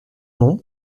nom